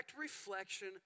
reflection